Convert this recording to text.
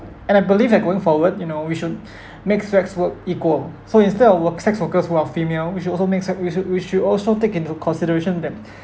and I believe that going forward you know we should make sex work equal so instead of work sex workers who are female which also makes that we should we should also take into consideration them